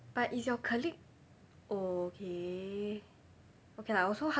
but is your colleague okay okay lah also